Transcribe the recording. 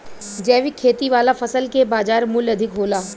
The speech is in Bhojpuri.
जैविक खेती वाला फसल के बाजार मूल्य अधिक होला